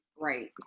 Right